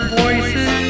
voices